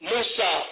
Musa